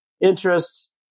interests